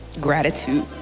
gratitude